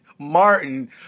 Martin